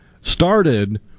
started